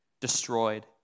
destroyed